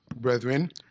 brethren